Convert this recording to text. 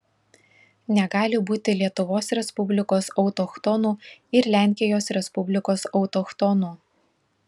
negali būti lietuvos respublikos autochtonų ir lenkijos respublikos autochtonų